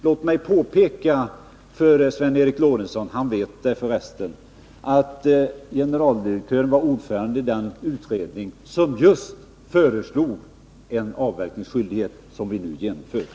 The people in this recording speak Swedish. Låt mig påpeka för Sven Eric Lorentzon — han vet det för resten — att generaldirektören var ordförande i den utredning som föreslog den avverkningsskyldighet som vi nu vill införa.